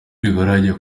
bigoranye